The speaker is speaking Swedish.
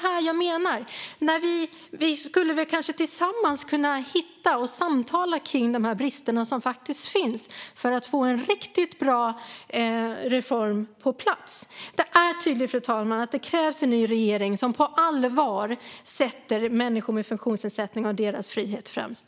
Vi skulle väl tillsammans kunna samtala om de brister som faktiskt finns för att få en riktigt bra reform på plats. Det är tydligt, fru talman, att det krävs en ny regering som på allvar sätter människor med funktionsnedsättning och deras frihet främst.